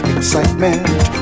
Excitement